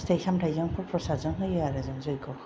फिथाय सामथायजों प्रसादजों होयो आरो जों जग्यखौ